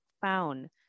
found